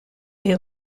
est